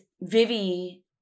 Vivi